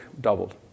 doubled